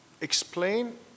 explain